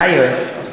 ה-יועץ.